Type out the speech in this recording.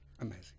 amazing